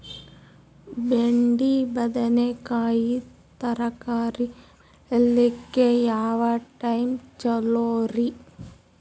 ಬೆಂಡಿ ಬದನೆಕಾಯಿ ತರಕಾರಿ ಬೇಳಿಲಿಕ್ಕೆ ಯಾವ ಟೈಮ್ ಚಲೋರಿ?